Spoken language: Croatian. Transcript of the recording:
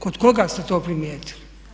Kod koga ste to primijetili?